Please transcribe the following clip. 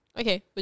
Okay